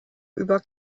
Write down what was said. über